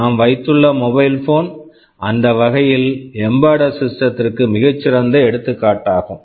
நாம் வைத்துள்ள mobile phone mobile phone அந்த வகையில் எம்பெட்டட் சிஸ்டத்திற்கு embedded system மிகச் சிறந்த எடுத்துக்காட்டாகும்